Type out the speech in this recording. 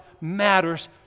matters